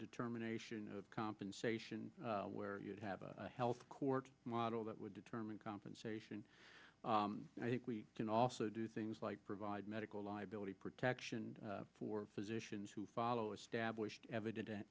determination of compensation where you'd have a health court model that would determine compensation and i think we can also do things like provide medical liability protection for physicians who follow established eviden